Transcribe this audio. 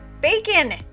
bacon